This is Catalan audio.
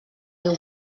déu